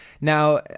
Now